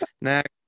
Next